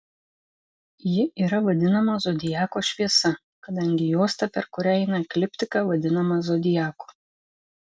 ji yra vadinama zodiako šviesa kadangi juosta per kurią eina ekliptika vadinama zodiaku